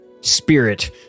spirit